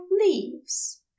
leaves